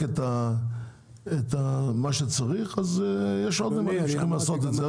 את מה שצריך אז יש עוד נמלים שיכולים לעשות את זה.